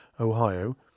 Ohio